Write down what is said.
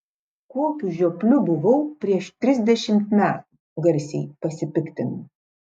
kokiu žiopliu buvau prieš trisdešimt metų garsiai pasipiktinau